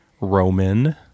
roman